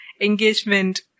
engagement